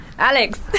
Alex